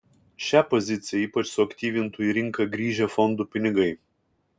šią poziciją ypač suaktyvintų į rinką grįžę fondų pinigai